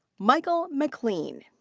michael maclean.